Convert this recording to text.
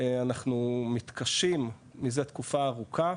אנחנו מתקשים מזה תקופה ארוכה,